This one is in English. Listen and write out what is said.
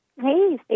Hey